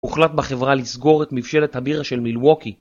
הוחלט בחברה לסגור את מבשלת הבירה של מילווקי.